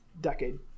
decade